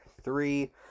Three